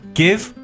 give